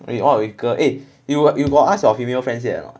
you all with girl eh you you got ask your female friend see or not